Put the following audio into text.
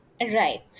Right